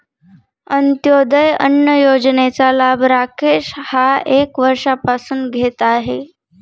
अंत्योदय अन्न योजनेचा लाभ राकेश हा एक वर्षापासून घेत आहे